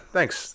Thanks